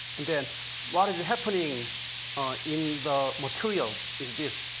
and then what is happening in the material is this.